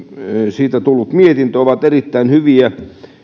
siitä tullut mietintö ovat erittäin hyviä